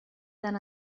tan